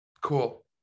cool